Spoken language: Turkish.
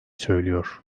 söylüyor